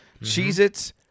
Cheez-Its